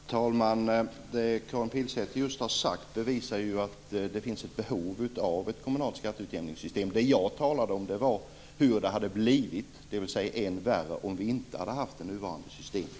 Herr talman! Det som Karin Pilsäter just har sagt visar att det finns ett behov av ett kommunalt skatteutjämningssystem. Vad jag talade om är hur det skulle ha blivit, dvs. ännu värre, om vi inte hade haft det nuvarande systemet.